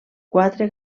quatre